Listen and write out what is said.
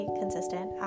consistent